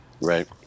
Right